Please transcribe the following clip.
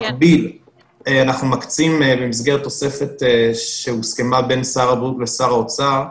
במקביל אנחנו מקצים במסגרת תוספת שהוסכמה בין שר הבריאות לשר האוצר,